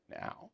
now